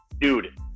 Dude